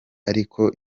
ariko